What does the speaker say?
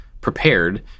prepared